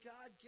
God